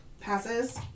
Passes